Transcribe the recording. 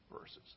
verses